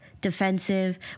defensive